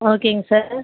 ஓகேங்க சார்